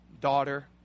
daughter